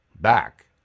Back